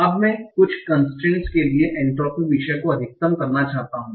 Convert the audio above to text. अब मैं कुछ कन्स्ट्रेन्ट के लिए एन्ट्रापी विषय को अधिकतम करना चाहता हूं